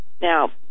Now